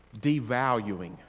devaluing